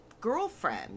girlfriend